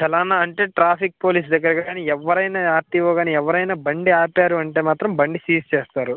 చలనా అంటే traffic police దగ్గరకానీ ఎవ్వరైనా ఆర్టీఓ కానీ ఎవ్వరైనా బండి ఆపారు అంటే మాత్రం బండి సీజ్ చేస్తారు